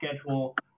schedule